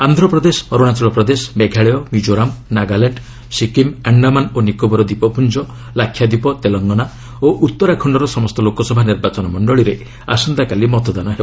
ଆନ୍ଧ୍ରପ୍ରଦେଶ ଅରୁଣାଚଳ ପ୍ରଦେଶ ମେଘାଳୟ ମିକୋରାମ୍ ନାଗାଲ୍ୟାଣ୍ଡ ସିକ୍କିମ୍ ଆଶ୍ଡାମାନ୍ ଓ ନିକୋବର ଦ୍ୱିପପ୍ରଞ୍ଜ ଲାକ୍ଷାଦ୍ୱୀପ ତେଲଙ୍ଗାନା ଓ ଉତ୍ତରାଖଣ୍ଡର ସମସ୍ତ ଲୋକସଭା ନିର୍ବାଚନ ମଣ୍ଡଳୀରେ ଆସନ୍ତାକାଲି ମତଦାନ ହେବ